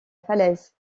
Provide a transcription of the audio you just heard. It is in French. falaise